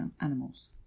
animals